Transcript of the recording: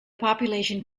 population